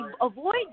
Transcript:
avoid